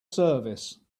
service